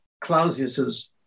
Clausius's